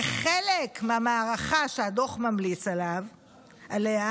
כחלק מהמערכה שהדוח ממליץ עליה,